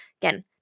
again